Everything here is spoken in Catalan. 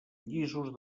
llisos